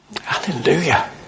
Hallelujah